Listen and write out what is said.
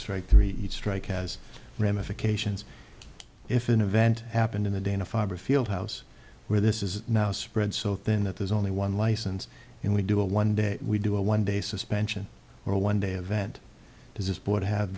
strike three each strike has ramifications if an event happened in the dana farber field house where this is now spread so thin that there's only one license and we do a one day we do a one day suspension or a one day event is this board have